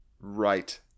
Right